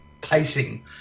pacing